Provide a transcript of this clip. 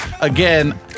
again